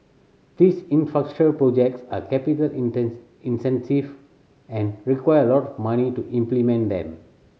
these projects are capital incentive and require a lot of money to implement them